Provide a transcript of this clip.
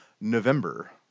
November